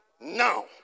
now